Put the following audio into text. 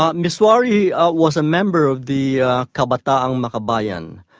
um misauri ah was a member of the kabataang um makabayan,